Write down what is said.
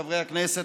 חברי הכנסת,